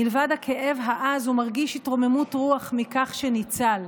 מלבד הכאב העז, הוא מרגיש התרוממות רוח מכך שניצל,